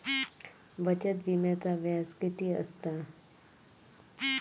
बचत विम्याचा व्याज किती असता?